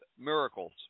miracles